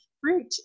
fruit